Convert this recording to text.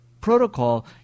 protocol